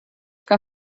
que